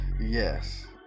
Yes